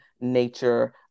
nature